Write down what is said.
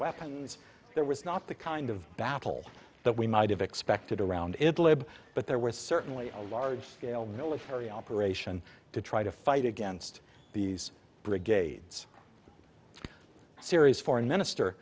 weapons there was not the kind of battle that we might have expected around it but there was certainly a large scale military operation to try to fight against these brigades syria's foreign minister